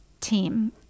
team